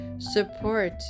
Support